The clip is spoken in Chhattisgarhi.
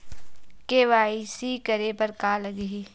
के.वाई.सी करे बर का का लगही?